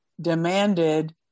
demanded